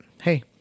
hey